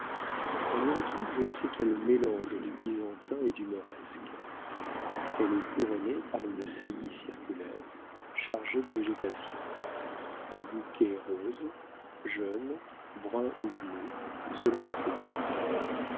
on y retrouve je ne sais quel mélange du byzantin et du moresque elle est couronnée par une saillie circulaire chargée de végétation un bouquet rose jaune brun ou bleu selon les saisons